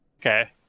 Okay